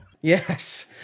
Yes